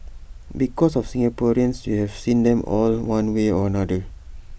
because of Singaporeans you have seen them all one way or another